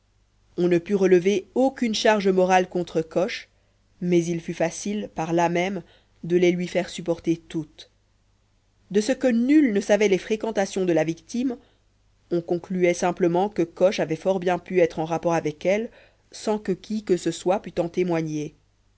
on ne put relever aucune charge morale contre coche mais il fut facile par là même de les lui faire supporter toutes de ce que nul ne savait les fréquentations de la victime on concluait simplement que coche avait fort bien pu être en rapport avec elle sans que qui que ce soit pût en témoigner